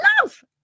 love